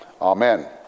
Amen